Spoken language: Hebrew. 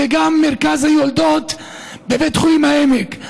וגם את מרכז היולדות בבית חולים העמק.